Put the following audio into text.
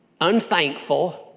unthankful